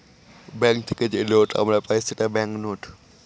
bank থেকে যে note আমরা পাই সেটা ব্যাঙ্ক নোট